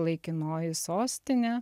laikinoji sostinė